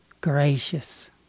gracious